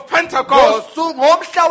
Pentecost